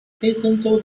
黑森州